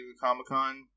Comic-Con